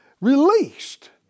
released